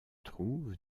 trouve